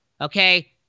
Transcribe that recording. Okay